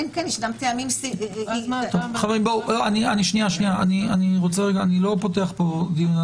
אני לא פותח אפה דיון.